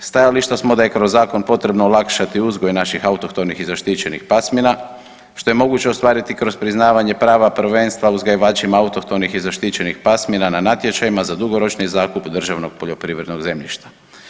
Stajališta smo da je kroz zakon potrebno olakšati uzgoj naših autohtonih i zaštićenih pasmina što je moguće ostvariti kroz priznavanje prava prvenstva uzgajivačima autohtonih i zaštićenih pasmina na natječajima za dugoročni zakup državnog poljoprivrednog zemljišta.